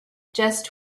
just